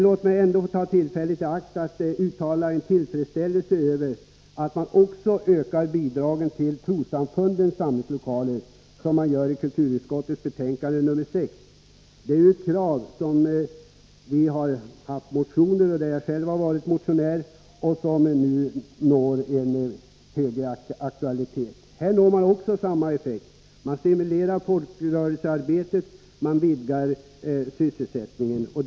Låt mig ändå ta tillfället i akt och uttala min tillfredsställelse över att man också ökar bidragen till trossamfundens samlingslokaler, som man gör i kulturutskottets betänkande 6. Det är krav som vi har ställt i motioner, där jag själv har varit motionär, och som nu når högre aktualitet. Här får man också samma effekt — man stimulerar folkrörelsearbetet och vidgar sysselsättningsramarna.